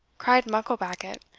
cried mucklebackit,